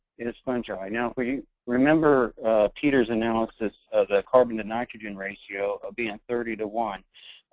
is fungi. yeah if we remember peter's analysis of the carbon-to-nitrogen ratio of being thirty to one,